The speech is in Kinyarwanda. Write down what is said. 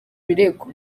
birego